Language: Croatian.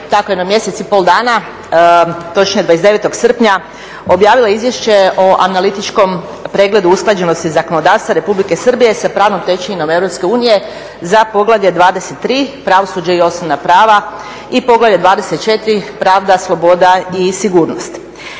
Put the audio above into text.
tako jedno mjesec i pol dana, točnije 29. srpnja objavila izvješće o analitičkom pregledu usklađenosti zakonodavstva Republike Hrvatske sa pravnom tečevinom Europske unije za Poglavlje 23. Pravosuđe i osnovna prava i Poglavlje 24. Pravda, sloboda i sigurnost.